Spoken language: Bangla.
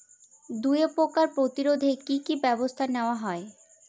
দুয়ে পোকার প্রতিরোধে কি কি ব্যাবস্থা নেওয়া হয়?